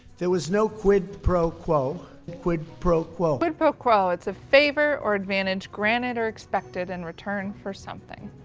there was no quid pro quo. quid pro quo. quid pro quo it's a favor or advantage granted or expected in return for something.